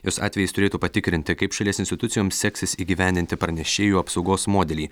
jos atvejis turėtų patikrinti kaip šalies institucijoms seksis įgyvendinti pranešėjų apsaugos modelį